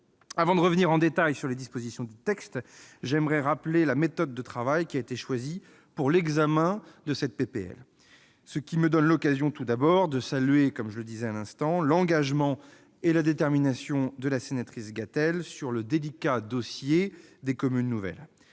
Avant de revenir en détail sur les dispositions du texte, j'aimerais rappeler la méthode de travail qui a été choisie pour l'examen de cette proposition de loi. Cela me donne l'occasion, tout d'abord, de saluer l'engagement et la détermination de la sénatrice Françoise Gatel sur le délicat dossier des communes nouvelles.